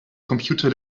computer